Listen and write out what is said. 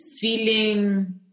feeling